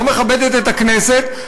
לא מכבדת את הכנסת,